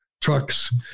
trucks